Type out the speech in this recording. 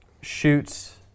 shoots